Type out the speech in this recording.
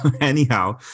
anyhow